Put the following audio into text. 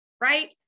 right